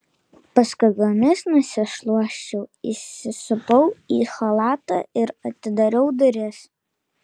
paskubomis nusišluosčiau įsisupau į chalatą ir atidariau duris